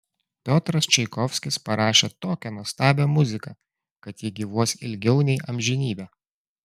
piotras čaikovskis parašė tokią nuostabią muziką kad ji gyvuos ilgiau nei amžinybę